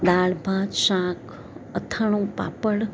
દાળ ભાત શાક અથાણું પાપડ